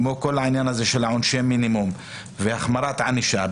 כמו כל העניין הזה של עונשי המינימום והחמרת הענישה.